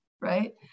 Right